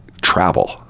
travel